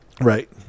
Right